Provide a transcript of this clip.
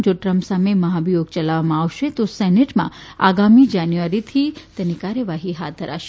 જો ટ્રમ્પ સામે મહાભિયોગ ચલાવવામાં આવશે તો સેનેટમાં આગામી જાન્યુઆરીથી તેની કાર્યવાહી હાથ ધરાશે